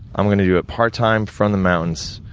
i'm gonna do it part time from the mountains,